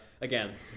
again